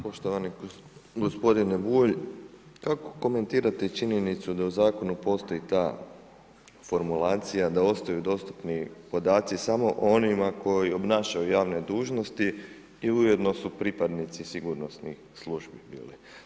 Poštovani gospodine Bulj, kako komentirati činjenicu da u Zakonu postoji ta formulacija da ostaju dostupni podaci samo onima koji obnašaju javne dužnosti i ujedno su pripadnici sigurnosnih službi bili.